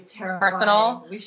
personal